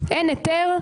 אין היתר.